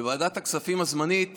בוועדת הכספים הזמנית